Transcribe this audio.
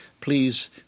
please